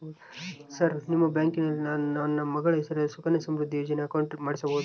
Sir ನಿಮ್ಮ ಬ್ಯಾಂಕಿನಲ್ಲಿ ನಾನು ನನ್ನ ಮಗಳ ಹೆಸರಲ್ಲಿ ಸುಕನ್ಯಾ ಸಮೃದ್ಧಿ ಯೋಜನೆ ಅಕೌಂಟ್ ಮಾಡಿಸಬಹುದಾ?